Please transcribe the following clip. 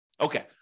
Okay